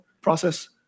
process